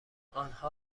آنها